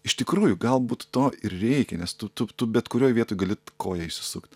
iš tikrųjų galbūt to ir reikia nes tu tu tu bet kurioj vietoj gali koją išsisukt